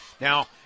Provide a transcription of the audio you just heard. Now